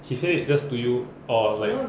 he said it just to you or like